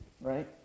right